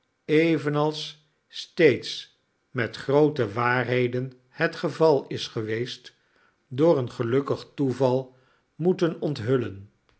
evenals steeds met groote waarheden het geval is geweest door een gelukkig toeval moeten onthullen